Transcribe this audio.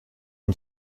une